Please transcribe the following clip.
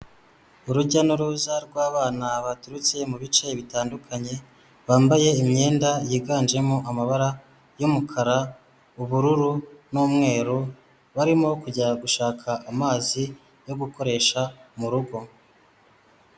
Urujya n'uruza rw'abana baturutse mu bice bitandukanye, bambaye imyenda yiganjemo amabara y'umukara, ubururu, n'umweru, barimo kujya gushaka amazi yo gukoresha mu rugo.